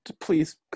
please